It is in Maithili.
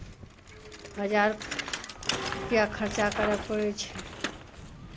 हजार रुपैआ खर्चा करय पड़ै छै